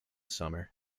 summer